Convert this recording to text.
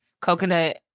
Coconut